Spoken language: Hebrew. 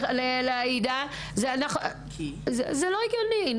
זה לא הגיוני,